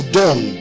done